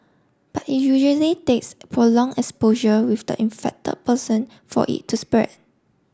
but it usually takes prolong exposure with the infected person for it to spread